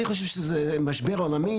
אני חושב שזה משבר עולמי,